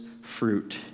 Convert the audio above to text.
fruit